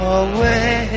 away